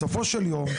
בסופו של יום,